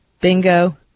bingo